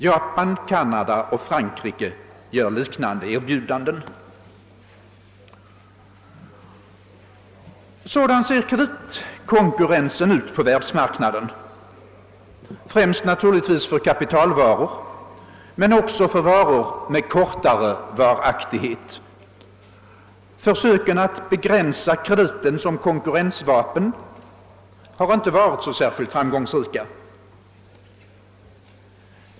Japan, Canada och Frankrike gör liknande erbjudanden.» Sådan ser kreditkonkurrensen ut på världsmarknaden, främst naturligtvis beträffande kapitalvaror men också i fråga om varor med kortare varaktighet. Försöken att begränsa kreditgivningen som konkurrensvapen har inte varit så särskilt framgångsrika.